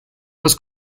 los